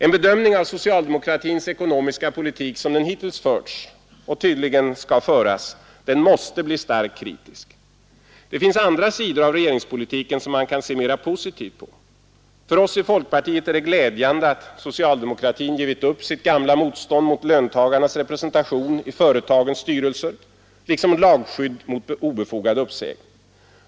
En bedömning av socialdemokratins ekonomiska politik som den hittills förts och tydligen skall föras måste bli starkt kritis andra sidor av regeringspolitiken som man kan se mera positivt på. För oss i folkpartiet är det glädjande att socialdemokratin givit upp sitt gamla motstånd mot löntagarnas representation i företagens styrelser liksom mot lagskydd mot obefogad uppsägning.